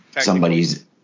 somebody's